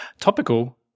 Topical